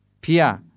Pia